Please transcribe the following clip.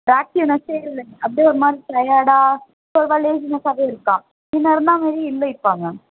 ஒரு ஆக்ட்டிவ்னெஸ்ஸே இல்லை அப்படியே ஒரு மாதிரி டையர்டாக சோர்வாக லேஸினெஸ்ஸாகவே இருக்கான் முன்னே இருந்தாமாரி இல்லை இப்போ அவன்